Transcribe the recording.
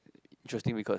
interesting because